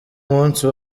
munsi